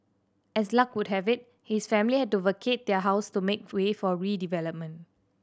as luck would have it his family had to vacate their house to make way for redevelopment